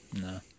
No